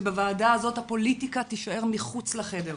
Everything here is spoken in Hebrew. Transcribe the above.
שבוועדה הזאת הפוליטיקה תישאר מחוץ לחדר.